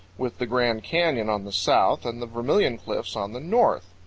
with the grand canyon on the south and the vermilion cliffs on the north.